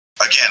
Again